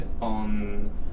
on